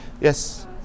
Yes